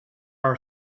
are